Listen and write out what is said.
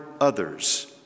others